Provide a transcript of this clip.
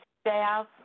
staff